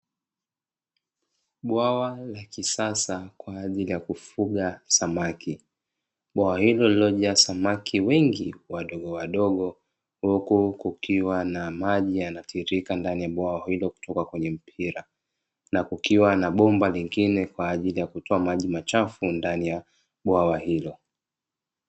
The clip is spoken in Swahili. Bwawa la kisasa kwa ajili ya kufuga samaki, bwawa hilo lililojaa samaki wengi wadogowadogo, huku kukiwa na maji yanayotiririka ndani ya bwawa hilo kutoka kwenye mpira na kukiwa na bomba lingne kwa ajili ya kutoa maji machafu ndani ya bwawa hilo.